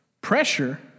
Pressure